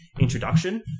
introduction